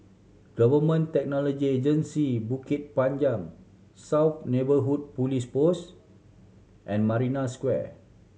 Government Technology Agency Bukit Panjang South Neighbourhood Police Post and Marina Square